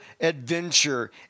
adventure